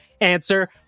answer